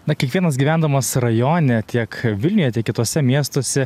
na kiekvienas gyvendamas rajone tiek vilniuje tiek kituose miestuose